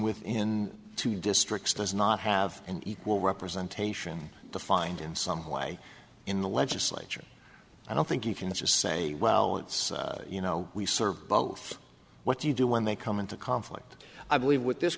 within two districts does not have an equal representation to find in some way in the legislature i don't think you can just say well it's you know we serve both what do you do when they come into conflict i believe with this